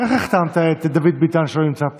איך החתמת את דוד ביטן, שלא נמצא פה?